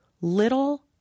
little